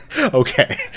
Okay